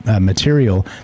material